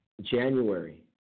January